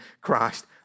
Christ